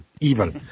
Evil